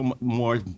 more